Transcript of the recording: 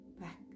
back